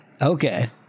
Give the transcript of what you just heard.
Okay